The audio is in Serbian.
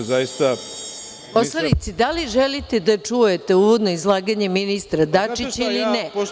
Poslanici, da li želite da čujete uvodno izlaganje ministra Dačića ili ne?